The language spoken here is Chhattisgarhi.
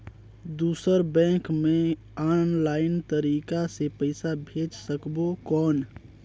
दुसर बैंक मे ऑफलाइन तरीका से पइसा भेज सकबो कौन?